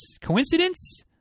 Coincidence